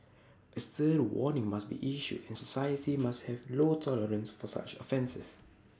A stern warning must be issued and society must have low tolerance for such offences